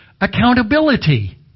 accountability